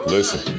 Listen